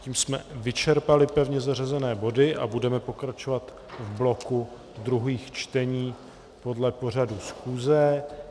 Tím jsme vyčerpali pevně zařazené body a budeme pokračovat v bloku druhých čtení podle pořadu schůze.